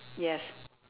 yes